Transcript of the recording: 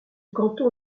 canton